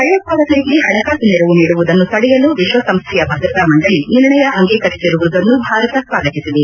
ಭಯೋತ್ವಾದಕರಿಗೆ ಹಣಕಾಸು ನೆರವು ನೀಡುವುದನ್ನು ತಡೆಯಲು ವಿಶ್ವಸಂಸ್ಥೆಯ ಭದ್ರತಾ ಮಂಡಳ ನಿರ್ಣಯ ಅಂಗೀಕರಿಸಿರುವುದನ್ನು ಭಾರತ ಸ್ವಾಗತಿಸಿದೆ